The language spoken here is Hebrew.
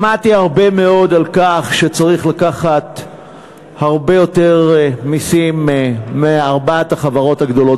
שמעתי הרבה מאוד על כך שצריך לקחת הרבה יותר מסים מארבע החברות הגדולות,